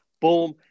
boom